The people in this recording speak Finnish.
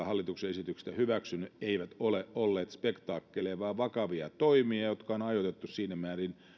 hallituksen esityksestä hyväksynyt eivät ole olleet spektaakkeleja vaan vakavia toimia jotka on ajoitettu siinä määrin